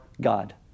God